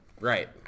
Right